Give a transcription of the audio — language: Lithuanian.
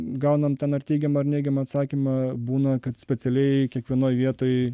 gaunant ten ar teigiamą ar neigiamą atsakymą būna kad specialiai kiekvienoj vietoj